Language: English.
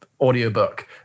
audiobook